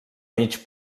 mig